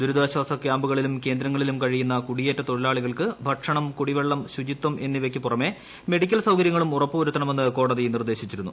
ദുരിതാശ്വാസ ക്യാമ്പുകളിലും ക്യൂന്ദങ്ങളിലും കഴിയുന്ന കുടിയേറ്റ തൊഴിലാളികൾക്ക് ഭക്ഷണം കുടിപ്പെള്ളം ശുചിത്വം എന്നിവയ്ക്കു പുറമേ മെഡിക്കൽ സൌകര്യ്ങ്ങളും ഉറപ്പുവരുത്തണമെന്ന് കോടതി നിർദേശിച്ചിരുന്നു